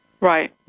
Right